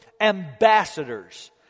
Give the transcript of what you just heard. ambassadors